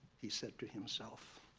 he said to himself.